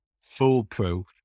foolproof